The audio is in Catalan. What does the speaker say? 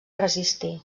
resistir